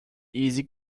easy